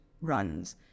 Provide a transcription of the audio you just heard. runs